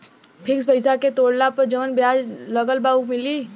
Fix पैसा के तोड़ला पर जवन ब्याज लगल बा उ मिली?